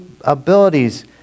abilities